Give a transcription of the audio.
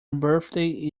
birthday